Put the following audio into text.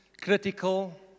critical